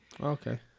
Okay